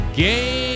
game